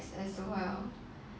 as well